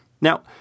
Now